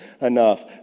enough